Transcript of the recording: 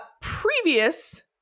Previous